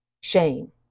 shame